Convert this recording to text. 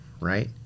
right